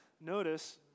Notice